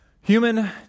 Human